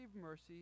mercy